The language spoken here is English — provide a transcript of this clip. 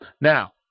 Now